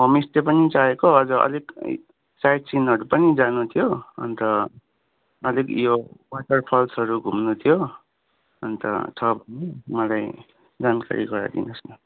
homestay पनि चाहिएको अझा अलिक साइटसिनहरू पनि जानु थियो अन्त अलिक यो वाटर फल्सहरू घुम्नु थियो अन्त थप मलाई जानकारी गराइदिनुहोस् न